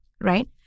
right